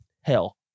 hell